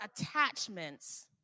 attachments